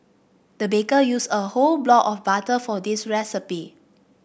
the baker used a whole block of butter for this recipe